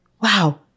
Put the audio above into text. wow